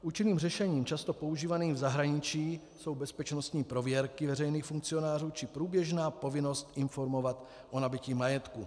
Účinným řešením často používaným v zahraničí jsou bezpečnostní prověrky veřejných funkcionářů či průběžná povinnost informovat o nabytí majetku.